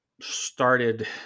started